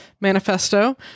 manifesto